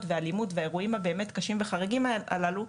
ואלימות והאירועים באמת הקשים והחריגים הללו,